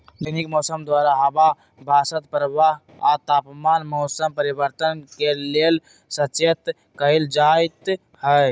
दैनिक मौसम द्वारा हवा बसात प्रवाह आ तापमान मौसम परिवर्तन के लेल सचेत कएल जाइत हइ